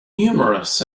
numerous